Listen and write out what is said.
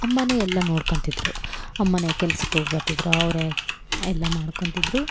ಅಮ್ಮ ಎಲ್ಲ ನೋಡ್ಕೊತಿದ್ರು ಅಮ್ಮ ಕೆಲ್ಸಕ್ಕೆ ಹೋಗ್ಬರ್ತಿದ್ರು ಅವರೆ ಎಲ್ಲ ಮಾಡ್ಕೊತಿದ್ರು